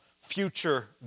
future